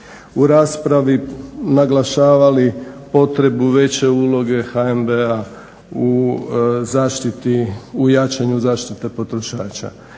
u raspravi naglašavali potrebu veće uloge HNB-a u jačanju zaštite potrošača.